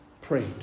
prayed